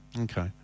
Okay